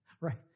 Right